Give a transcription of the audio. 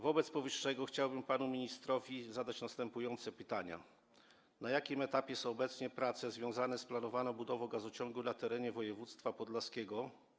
Wobec powyższego chciałbym panu ministrowi zadać następujące pytania: Na jakim etapie są obecnie prace związane z planowaną budową gazociągu na terenie województwa podlaskiego?